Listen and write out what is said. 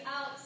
out